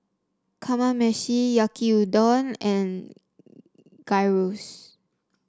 Kamameshi Yaki Udon and Gyros